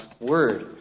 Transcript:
word